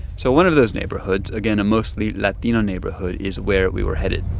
so one of those neighborhoods, again a mostly latino neighborhood, is where we were headed